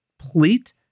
complete